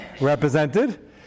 represented